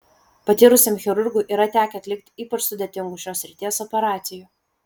patyrusiam chirurgui yra tekę atlikti ypač sudėtingų šios srities operacijų